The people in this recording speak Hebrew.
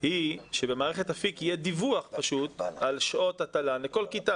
היא שבמערכת אפיק יהיה דיווח על שעות התל"ן לכל כיתה,